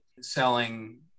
selling